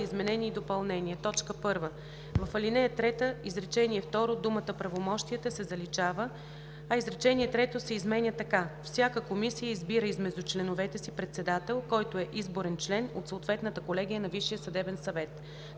изменения и допълнения: 1. В ал. 3, изречение второ думата „правомощията“ се заличава, а изречение трето се изменя така: „Всяка комисия избира измежду членовете си председател, който е изборен член от съответната колегия на Висшия съдебен съвет.“